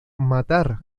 matar